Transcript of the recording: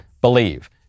believe